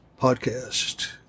podcast